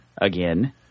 again